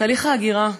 תהליך ההגירה,